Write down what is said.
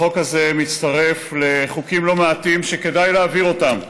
החוק הזה מתווסף לחוקים לא מעטים שכדאי להעביר אותם.